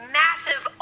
massive